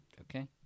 Okay